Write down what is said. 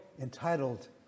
entitled